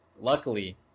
Luckily